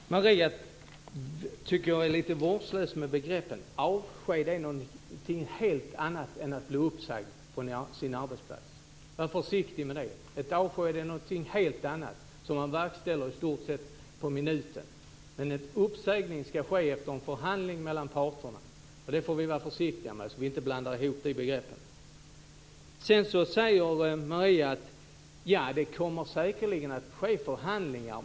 Fru talman! Jag tycker att Maria Larsson är lite vårdslös med begreppen. Avsked är någonting helt annat än att bli uppsagd från sin arbetsplats. Var försiktig med orden! Ett avsked är någonting helt annat som man verkställer i stort sett på minuten. Men en uppsägning ska ske efter en förhandling mellan parterna. Vi får vara försiktiga så att vi inte blandar ihop begreppen. Sedan säger Maria Larsson att det säkerligen kommer att ske förhandlingar.